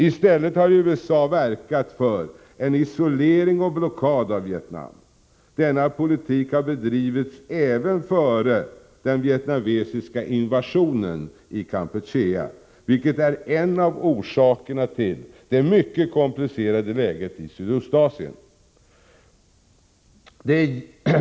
I stället har USA verkat för en isolering och blockad av Vietnam. Denna politik har bedrivits även före den vietnamesiska invasionen i Kampuchea, vilket är en av orsakerna till det mycket komplicerade läget i Sydostasien.